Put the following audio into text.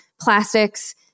plastics